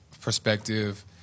perspective